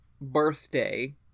birthday